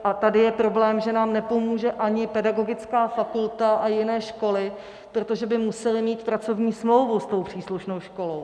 A tady je problém, že nám nepomůže ani pedagogické fakulta a jiné školy, protože by musely mít pracovní smlouvu s tou příslušnou školou.